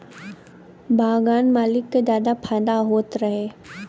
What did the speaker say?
बगान मालिक के जादा फायदा होत रहे